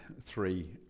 three